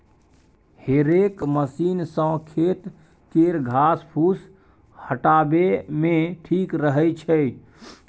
हेरेक मशीन सँ खेत केर घास फुस हटाबे मे ठीक रहै छै